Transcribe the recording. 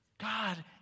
God